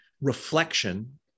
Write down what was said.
reflection